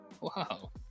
Wow